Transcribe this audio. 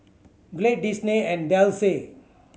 Glade Disney and Delsey